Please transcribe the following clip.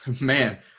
Man